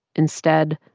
instead,